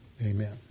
Amen